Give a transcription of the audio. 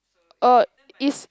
uh is